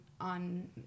on